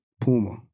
Puma